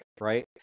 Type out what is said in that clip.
right